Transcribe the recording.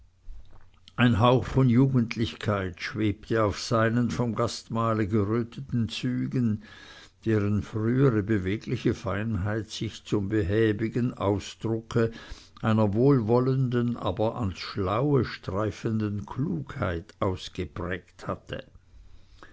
ein hauch von jugendlichkeit schwebte auf seinen vom gastmahle geröteten zügen deren frühere bewegliche feinheit sich zum behäbigen ausdrucke einer wohlwollenden aber ans schlaue streifenden klugheit ausgeprägt hatte